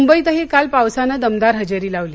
मुंबईतही काल पावसानं दमदार हजेरी लावली